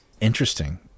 interesting